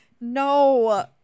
no